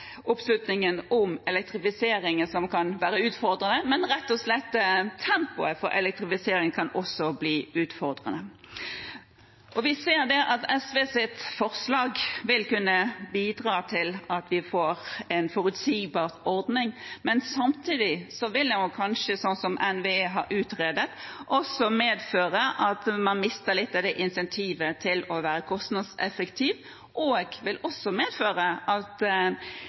oppslutningen om elektrifiseringen som kan være utfordrende, rett og slett tempoet på elektrifiseringen kan også bli utfordrende. Vi ser at SVs forslag vil kunne bidra til at vi får en forutsigbar ordning, men samtidig vil det kanskje, slik NVE har utredet, medføre at man mister litt av insentivet til å være kostnadseffektiv, og det vil også medføre at